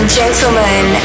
gentlemen